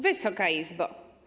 Wysoka Izbo!